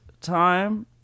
time